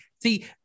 See